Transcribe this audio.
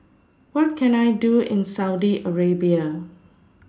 What Can I Do in Saudi Arabia